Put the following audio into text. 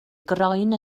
groen